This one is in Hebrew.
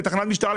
לתחנת משטרה,